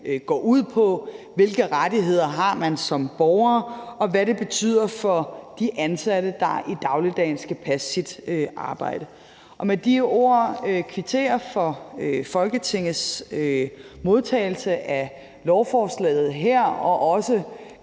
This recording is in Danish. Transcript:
går ud på, hvilke rettigheder man har som borger, og hvad det betyder for de ansatte, der i dagligdagen skal passe deres arbejde. Med de ord vil jeg kvittere for Folketingets modtagelse af lovforslaget her og også